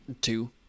Two